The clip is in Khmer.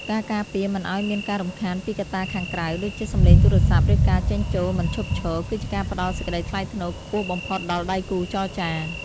ការការពារមិនឱ្យមានការរំខានពីកត្តាខាងក្រៅ ដូចជាសម្លេងទូរស័ព្ទ ឬការចេញចូលមិនឈប់ឈរ គឺជាការផ្តល់សេចក្ដីថ្លៃថ្នូរខ្ពស់បំផុតដល់ដៃគូចរចា។